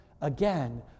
again